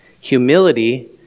humility